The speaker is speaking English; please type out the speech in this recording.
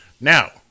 now